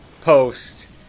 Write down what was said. post